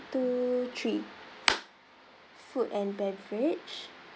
two three food and beverage